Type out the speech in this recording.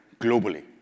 globally